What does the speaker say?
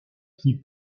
qui